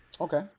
Okay